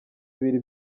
bibiri